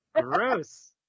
gross